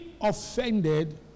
offended